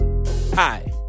Hi